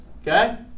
Okay